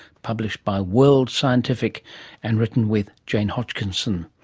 published by world scientific and written with jane hodgkinson.